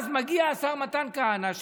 אז מגיע השר מתן כהנא,